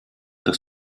dass